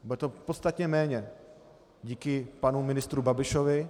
Bude to podstatně méně díky panu ministru Babišovi.